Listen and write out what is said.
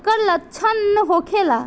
ऐकर लक्षण का होखेला?